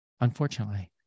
Unfortunately